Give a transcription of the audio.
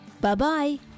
Bye-bye